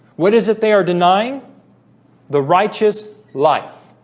what is it? they are denying the righteous life